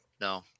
No